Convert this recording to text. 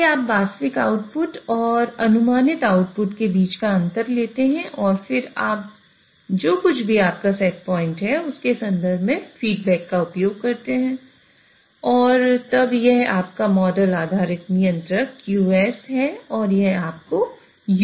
इसलिए आप वास्तविक आउटपुट और अनुमानित आउटपुट के बीच का अंतर लेते हैं और फिर आप जो कुछ भी आपका सेट पॉइंट है उसके संदर्भ में फीडबैक का उपयोग करते हैं और तब यह आपका मॉडल आधारित नियंत्रक q है और यह आपको u देगा